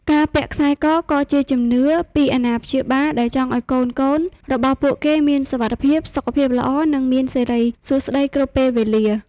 ការពាក់ខ្សែកក៏ជាជំនឿពីអាណាព្យាបាល ដែលចង់ឱ្យកូនៗរបស់ពួកគេមានសុវត្ថិភាព សុខភាពល្អ និងមានសិរីសួស្តីគ្រប់ពេលវេលា។